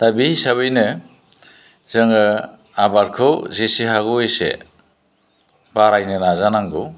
दा बे हिसाबैनो जोङो आबादखौ जेसे हागौ एसे बारायनो नाजा नांगौ